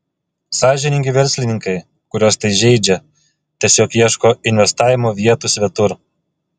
sąžiningi verslininkai kuriuos tai žeidžia tiesiog ieško investavimo vietų svetur